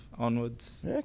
Onwards